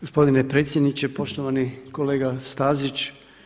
Gospodine predsjedniče, poštovani kolega Stazić.